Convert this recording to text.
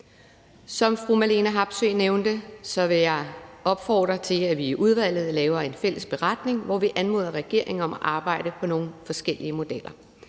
Som fru Marlene Harpsøe nævnte, vil jeg opfordre til, at vi i udvalget laver en fælles beretning, hvor vi anmoder regeringen om at arbejde på nogle forskellige modeller.